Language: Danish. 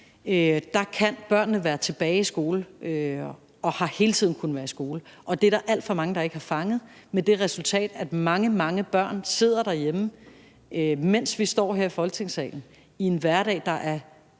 kan børnene være tilbage i skolen og har hele tiden kunnet være i skole. Men det er der alt for mange der ikke har fanget, og det har ført til det resultat, at mange, mange børn sidder derhjemme – mens vi står her i Folketingssalen – i en hverdag, der er